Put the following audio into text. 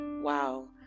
Wow